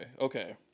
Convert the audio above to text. Okay